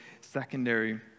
secondary